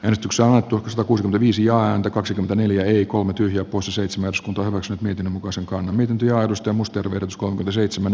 äänestykseen tulevista kuusi viisi ääntä kaksikymmentäneljä eli ko menty lopussa seitsemäns kuntoon sen miten muka soikoon miten työajoista musterskohde seitsemän